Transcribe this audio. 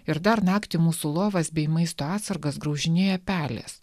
ir dar naktį mūsų lovas bei maisto atsargas graužinėja pelės